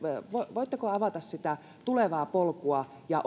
voitteko avata sitä tulevaa polkua ja